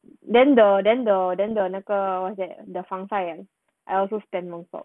then the then the then the 那个 what's that the fun flight ah I also spend nonstop